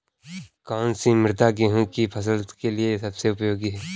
कौन सी मृदा गेहूँ की फसल के लिए सबसे उपयोगी है?